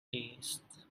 tastes